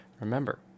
Remember